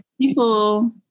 people